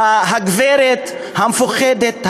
הגברת המפוחדת,